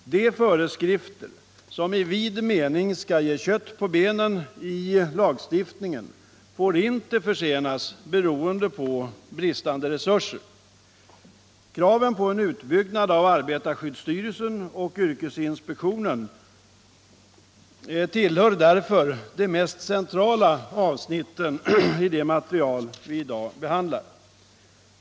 De föreskrifter som i vid mening skall ge lagstiftningen kött på benen får inte försenas på grund av bristande resurser. 113 Kraven på en utbyggnad av arbetarskyddsstyrelsen och yrkesinspektionen tillhör därför de mest centrala avsnitten i det material vi i dag behandlar.